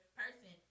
person